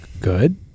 good